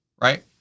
right